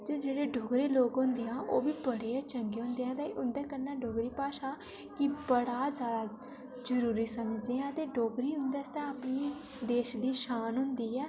जेह्ड़े लोक होंदे ओह् बी बड़े चंगे होंदे आं उं'दे कन्नै डोगरी भाशा गी बड़ा जरुरी समझने आं ते उं'दी अपनी देश दी शान होंदी ऐ